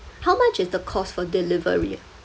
how much is the cost for delivery ah